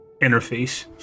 interface